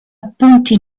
appunti